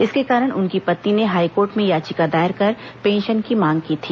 इसके कारण उनकी पत्नी ने हाईकोर्ट में याचिका दायर कर पेंशन की मांग की थी